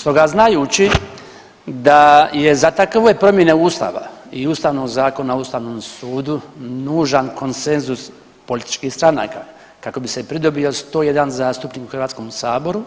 Stoga znajući da je za takove promjene Ustava i Ustavnog zakona o Ustavnom sudu nužan konsenzus političkih stranaka kako bi se pridobio 101 zastupnik u HS-u,